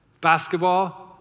Basketball